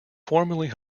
formerly